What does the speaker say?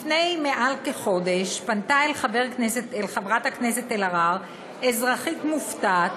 לפני מעל חודש פנתה אל חברת הכנסת אלהרר אזרחית מופתעת